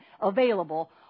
available